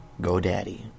GoDaddy